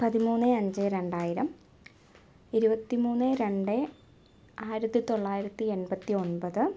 പതിമൂന്ന് അഞ്ച് രണ്ടായിരം ഇരുപത്തിമൂന്ന് രണ്ട് ആയിരത്തി തൊള്ളായിരത്തി എൺപത്തി ഒൻപത്